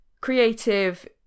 creative